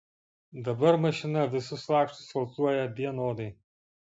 dabar mašina visus lakštus valcuoja vienodai